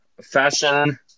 fashion